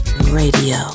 radio